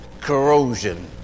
corrosion